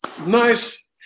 nice